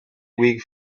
weak